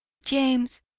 james!